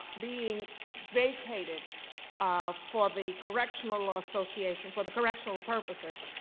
being vacated um for the correctional association for the correctional purposes,